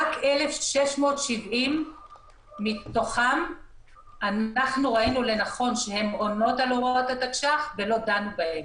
רק 1,670 מתוכן ראינו שהן עונות על הוראות התקש"ח ולא דנו בהן.